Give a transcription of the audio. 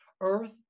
Earth